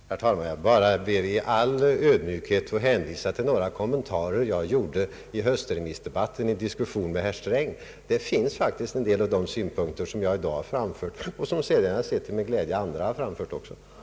Herr talman! Jag ber i all ödmjukhet att få hänvisa till några kommentarer som jag gjorde i höstremissdebatten vid en diskussion med herr Sträng. Där framförde jag faktiskt en del av de synpunkter som jag i dag har anfört och som jag sedan till min glädje har kunnat konstatera att även en del andra har fört fram.